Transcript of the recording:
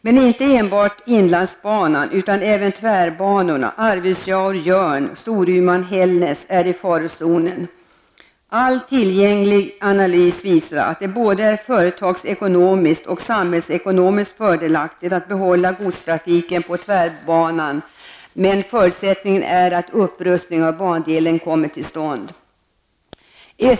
Men inte enbart inlandsbanan, utan tvärbanorna, Arvidsjaur--Jörn, Storuman--Hällnäs, är i farozonen. All tillgänglig analys visar att det är både företagsekonomiskt och samhällsekonomiskt fördelaktigt att behålla godstrafiken på tvärbanorna, men förutsättningen är att en upprustning av bandelarna kommer till stånd.